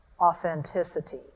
authenticity